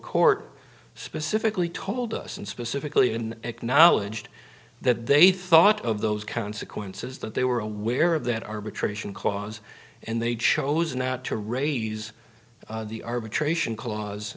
court specifically told us and specifically even acknowledged that they thought of those consequences that they were aware of that arbitration clause and they chose not to raise the arbitration clause